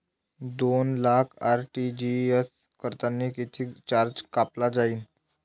दोन लाख आर.टी.जी.एस करतांनी कितीक चार्ज कापला जाईन?